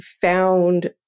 found